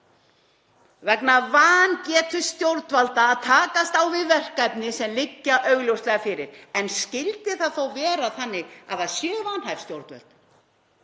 vegna vangetu stjórnvalda til að takast á við verkefni sem liggja augljóslega fyrir. En skyldi það þá vera þannig að það séu vanhæf stjórnvöld?